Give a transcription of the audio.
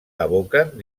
evoquen